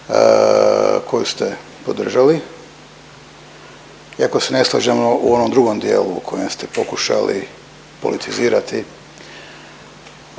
koju ste podržali iako se ne slažemo u onom drugom dijelu u kojem ste pokušali politizirati